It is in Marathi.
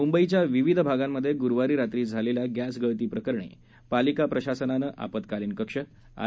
मुंबईच्या विविध भागांत गुरुवारी रात्री झालेल्या गद्धीगळती प्रकरणी पालिका प्रशासनानं आपत्कालीन कक्ष आय